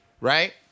right